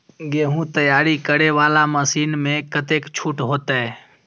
गेहूं तैयारी करे वाला मशीन में कतेक छूट होते?